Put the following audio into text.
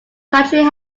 country